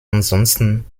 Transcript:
ansonsten